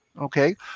okay